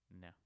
No